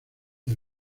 los